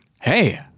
hey